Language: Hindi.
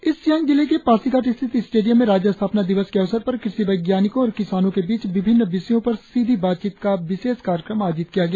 ईस्ट सियांग जिले के पासीघाट स्थित स्टेडियम में राज्य स्थापना दिवस के अवसर पर कृषि वैज्ञानिकों और किसानों के बीच विभिन्न विषयों पर सिधी बातचीत का विशेष कार्यक्रम आयोजित किया गया